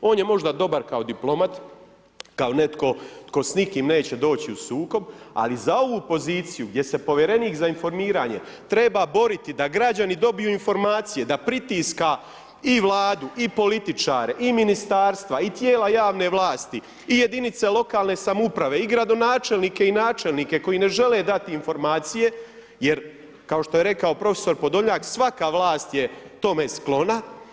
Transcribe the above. On je možda dobar kao diplomat, kao netko tko s nikim neće doći u sukob, ali za ovu poziciju, gdje se povjerenik za informiranje treba boriti da građani dobiju informacije, da pritiska i vladu i političare i ministarstva i tijela javne vlastite i jedinice lokalne samouprave i gradonačelnike i načelnike koji ne žele dati informacije, jer kao što je rekao prof. Podolnjak, svaka vlast je tome sklona.